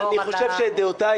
אני חושב שאת דעותיי